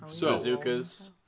bazookas